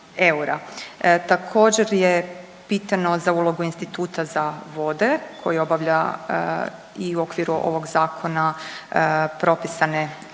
Također je pitano za ulogu instituta za vode koji obavlja i u okviru ovog Zakona propisane